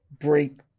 break